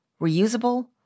reusable